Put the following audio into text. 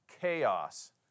chaos